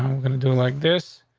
i'm gonna do like this.